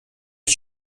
ich